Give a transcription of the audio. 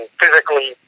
physically